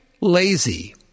Lazy